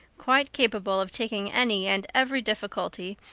quite capable of taking any and every difficulty,